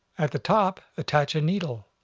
at the top, attach a needle.